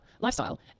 lifestyle